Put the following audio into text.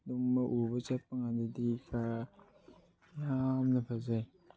ꯑꯗꯨꯝꯕ ꯎꯕ ꯆꯠꯄꯀꯥꯟꯗꯗꯤ ꯈꯔ ꯌꯥꯝꯅ ꯐꯖꯩ